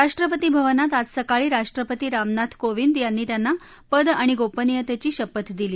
राष्ट्रपती भवनात आज सकाळी राष्ट्रपती रामनाथ कोविंद यांनी त्यांना पद आणि गोपनीयतेची शपथ दिली